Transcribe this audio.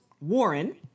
Warren